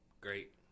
Great